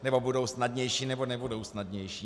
Nebo budou snadnější, nebo nebudou snadnější.